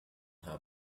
her